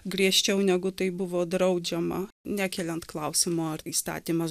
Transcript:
griežčiau negu tai buvo draudžiama nekeliant klausimo ar įstatymas